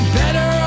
better